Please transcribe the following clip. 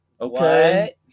okay